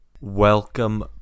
Welcome